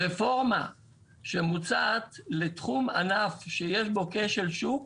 רפורמה שמוצעת לתחום ענף שיש בו כשל שוק,